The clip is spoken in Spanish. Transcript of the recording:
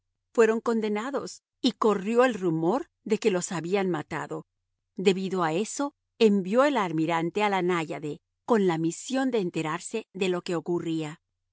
fueron condenados y corrió el rumor de que los habían matado debido a eso envió el almirante a la náyade con la misión de enterarse de lo que ocurría